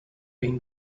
been